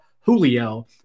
Julio